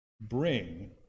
bring